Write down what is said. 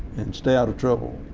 and stay out of trouble,